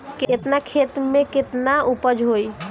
केतना खेत में में केतना उपज होई?